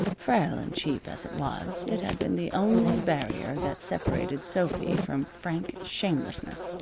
frail and cheap as it was, it had been the only barrier that separated sophy from frank shamelessness.